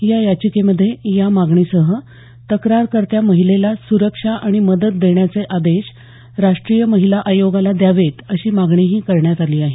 या याचिकेमध्ये या मागणीसह तक्रारकर्त्या महिलेला सुरक्षा आणि मदत देण्याचे आदेश राष्ट्रीय महिला आयोगाला द्यावेत अशी मागणीही करण्यात आली आहे